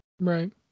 Right